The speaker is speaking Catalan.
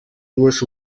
dues